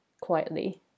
quietly